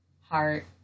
Heart